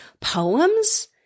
poems